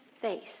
face